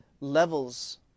levels